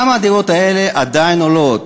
למה הדירות האלה עדיין עולות?